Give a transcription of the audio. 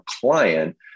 client